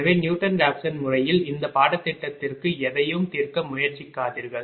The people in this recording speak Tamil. எனவே நியூட்டன் ராப்சன் முறையில் இந்த பாடத்திட்டத்திற்கு எதையும் தீர்க்க முயற்சிக்காதீர்கள்